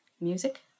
Music